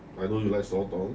I don't really like sotong